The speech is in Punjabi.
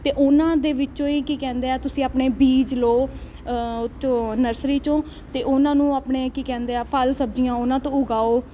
ਅਤੇ ਉਹਨਾਂ ਦੇ ਵਿੱਚੋਂ ਹੀ ਕੀ ਕਹਿੰਦੇ ਆ ਤੁਸੀਂ ਆਪਣੇ ਬੀਜ ਲਓ ਉਹ 'ਚੋਂ ਨਰਸਰੀ 'ਚੋਂ ਅਤੇ ਉਹਨਾਂ ਨੂੰ ਆਪਣੇ ਕੀ ਕਹਿੰਦੇ ਆ ਫਲ ਸਬਜੀਆਂ ਉਹਨਾਂ ਤੋਂ ਉਗਾਓ